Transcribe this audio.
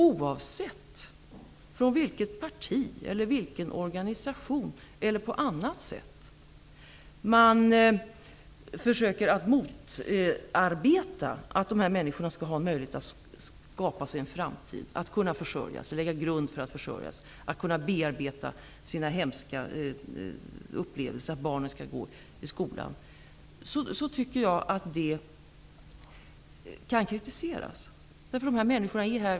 Oavsett från vilket parti eller vilken organisation eller på annat sätt man försöker motarbeta att de här människorna skall ha möjlighet att skapa sig en framtid, att lägga grunden för att kunna försörja sig, att kunna bearbeta sina hemska upplevelser, att barnen skall gå i skolan, så tycker jag att det kan kritiseras. Dessa människor är här.